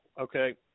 Okay